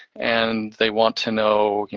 and they want to know,